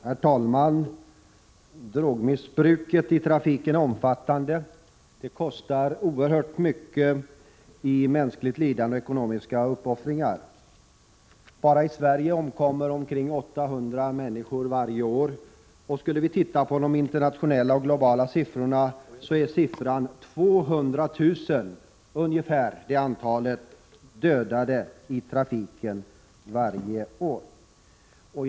Herr talman! Drogmissbruket i trafiken är omfattande. Det kostar oerhört — 24 april 1987 mycket i mänskligt lidande och ekonomiska uppoffringar. Bara i Sverige omkommer omkring 800 människor varje år. De internationella siffrorna uppgår till ungefär 200 000 dödade i trafiken varje år.